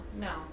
no